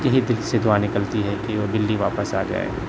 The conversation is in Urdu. یہی دل سے دعا نکلتی ہے کہ بلّی واپس آ جائے